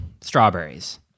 Strawberries